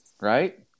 right